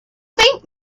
think